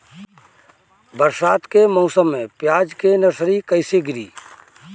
बरसात के मौसम में प्याज के नर्सरी कैसे गिरी?